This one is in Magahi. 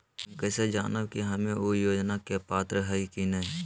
हम कैसे जानब की हम ऊ योजना के पात्र हई की न?